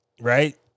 right